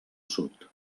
sud